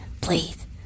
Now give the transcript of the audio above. Please